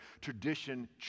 tradition